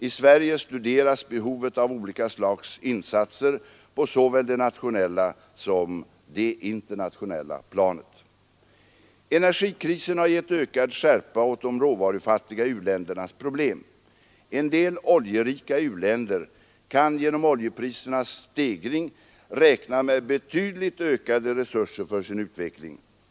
I Sverige studeras behovet av olika slags insatser på såväl det nationella som det internationella planet. Energikrisen har gett ökad skärpa åt de råvarufattiga u-ländernas problem. En del oljerika u-länder kan genom oljeprisernas stegring räkna med betydligt ökade resurser för sin utveckling.